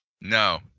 No